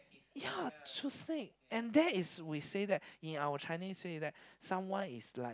ya so sick and that is we say that in our Chinese way that someone is like